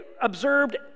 observed